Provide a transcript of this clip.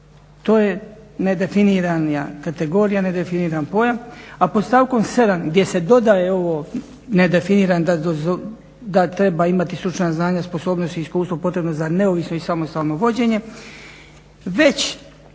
To je nedefinirana kategorija, nedefiniran pojam a pod stavkom 7. gdje se dodaje ovo nedefinirano da treba imati stručna znanja, sposobnosti, iskustvo potrebno za neovisno i samostalno vođenje već